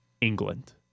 England